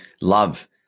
love